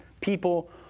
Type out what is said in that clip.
People